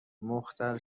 مختل